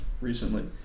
recently